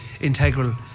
integral